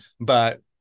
but-